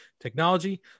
technology